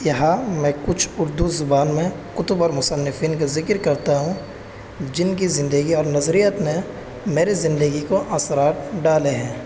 یہاں میں کچھ اردو زبان میں کتب اور مصنفین کا ذکر کرتا ہوں جن کی زندگی اور نظریت نے میرے زندگی کو اثرات ڈالے ہیں